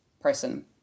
person